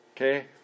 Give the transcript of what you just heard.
Okay